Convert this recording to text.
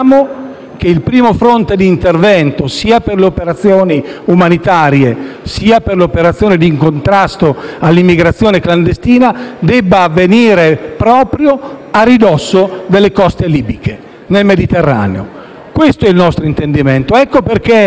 che il primo fronte di intervento per le operazioni sia umanitarie che di contrasto all'immigrazione clandestina debba essere proprio a ridosso delle coste libiche, nel Mediterraneo. Questo è il nostro intendimento.